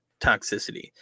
toxicity